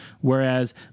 whereas